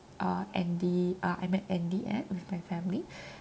uh andy uh I met andy at with my family